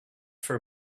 for